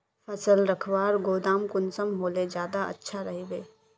फसल रखवार गोदाम कुंसम होले ज्यादा अच्छा रहिबे?